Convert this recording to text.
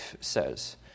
says